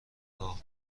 راه